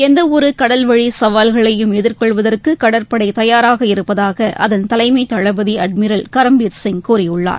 எந்தவொரு கடல்வழி சவால்களையும் எதிர்கொள்வதற்கு கடற்படை தயாராக இருப்பதாக அதன் தலைமை தளபதி அட்மிரல் கரம்பீர் சிங் கூறியுள்ளார்